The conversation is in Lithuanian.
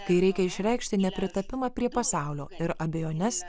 kai reikia išreikšti nepritapimą prie pasaulio ir abejones